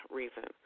reason